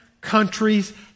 countries